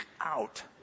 out